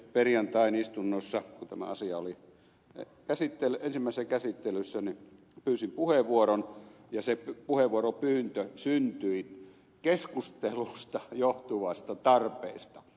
perjantain istunnossa kun tämä asia oli ensimmäisessä käsittelyssä pyysin puheenvuoron ja se puheenvuoropyyntö syntyi keskustelusta johtuvasta tarpeesta